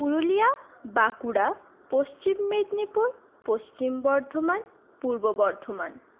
Purulia Bankura Paschim Medinipur Paschim Bardhaman Purba Bardhaman